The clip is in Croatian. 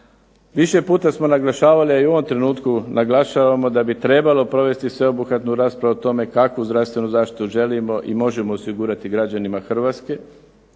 Više puta samo naglašavali, a i u ovom trenutku naglašavamo da bi trebalo provesti sveobuhvatnu raspravu o tome kakvu zdravstvenu zaštitu želimo i možemo osigurati građanima Hrvatske.